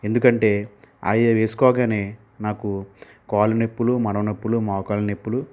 ఎందుకంటే అయి వేసుకోగానే నాకు కాలు నొప్పులు మడం నొప్పులు మోకాలనొప్పులు